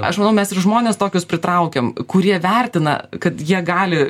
aš manau mes ir žmones tokius pritraukiam kurie vertina kad jie gali